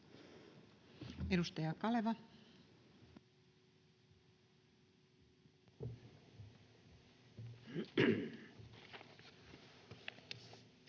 Edustaja Kaleva.